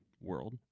world